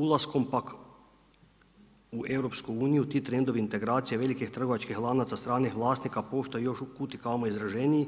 Ulaskom pak u EU ti trendovi integracije velikih trgovačkih lanaca stranih vlasnika postaje još kud i kamo izraženiji,